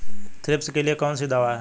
Thrips के लिए कौन सी दवा है?